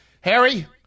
Harry